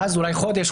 ואז אולי חודש,